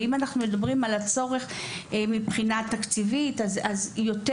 אם אנחנו מדברים על הצורך מהבחינה התקציבית אז יותר